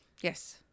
yes